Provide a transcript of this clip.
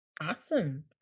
Awesome